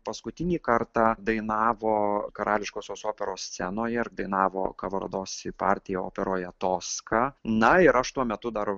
paskutinį kartą dainavo karališkosios operos scenoje ir dainavo kavardosi partiją operoje toska na ir aš tuo metu dar